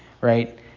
right